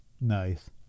Nice